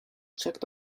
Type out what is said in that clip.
checked